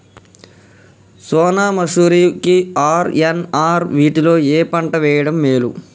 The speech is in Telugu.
సోనా మాషురి కి ఆర్.ఎన్.ఆర్ వీటిలో ఏ పంట వెయ్యడం మేలు?